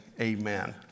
Amen